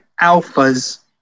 alphas